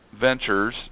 ventures